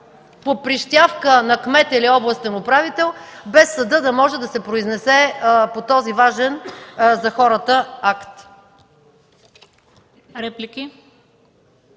по прищявка на кмет или областен управител, без съдът да може да се произнесе по този важен за хората акт.